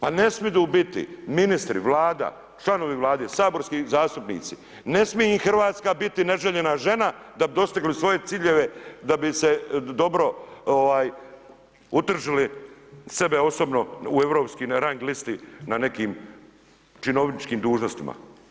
Pa ne smiju biti ministri, Vlada, članovi vlade, saborski zastupnici, ne smije im Hrvatska biti neželjena žena da bi dostigli svoje ciljeve, da bi se dobro utržili sebe osobno u europski, na rang listi na nekim činovničkim dužnostima.